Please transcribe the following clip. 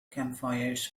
campfires